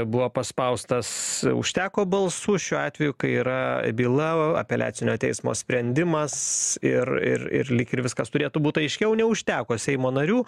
buvo paspaustas užteko balsų šiuo atveju kai yra byla apeliacinio teismo sprendimas ir ir ir lyg ir viskas turėtų būt aiškiau neužteko seimo narių